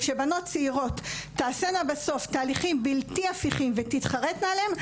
כשבנות צעירות תעשנה תהליכים בלתי הפיכים ותתחרטנה עליהן,